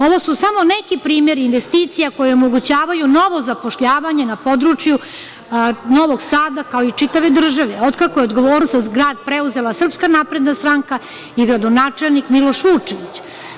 Ovo su samo neki primeri investicija koje omogućavaju novo zapošljavanje na području Novog Sada, kao i čitave države, od kako je odgovornost za grad preuzela SNS i gradonačelnik Miloš Vučević.